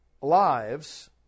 lives